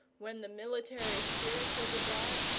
when the military spirit was abroad,